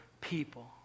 people